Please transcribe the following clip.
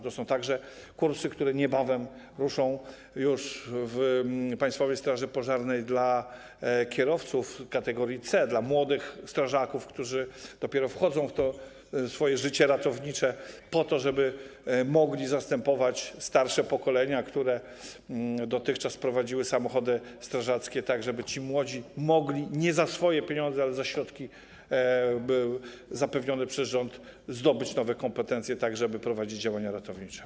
To są także kursy, które już niebawem ruszą w Państwowej Straży Pożarnej dla kierowców kategorii C, dla młodych strażaków, którzy dopiero wchodzą w to swoje życie ratownicze, po to żeby mogli zastępować starsze pokolenia strażaków, którzy dotychczas prowadzili samochody strażackie, tak żeby ci młodzi mogli nie za swoje pieniądze, ale za środki zapewnione przez rząd zdobyć nowe kompetencje, żeby prowadzić działania ratownicze.